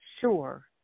Sure